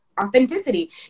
authenticity